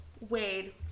Wade